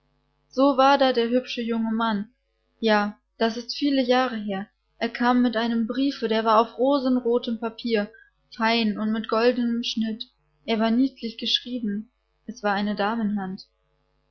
so war da der hübsche junge mann ja das ist viele jahre her er kam mit einem briefe der war auf rosenrotem papier fein und mit goldenem schnitt er war niedlich geschrieben es war eine